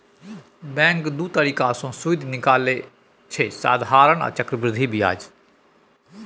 bank दु तरीका सँ सुदि निकालय छै साधारण आ चक्रबृद्धि ब्याज